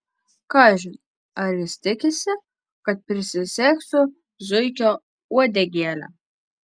kažin ar jis tikisi kad prisisegsiu zuikio uodegėlę